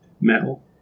metal